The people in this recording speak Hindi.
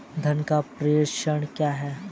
धन का प्रेषण क्या है?